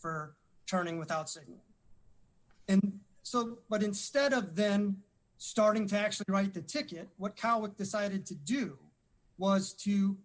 for turning without saying and so but instead of then starting to actually write the ticket what cowlick decided to do was to